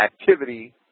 activity